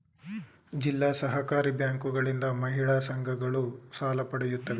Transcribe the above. ಜಿಲ್ಲಾ ಸಹಕಾರಿ ಬ್ಯಾಂಕುಗಳಿಂದ ಮಹಿಳಾ ಸಂಘಗಳು ಸಾಲ ಪಡೆಯುತ್ತವೆ